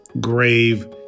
grave